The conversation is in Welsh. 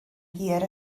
hir